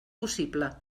possible